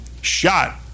shot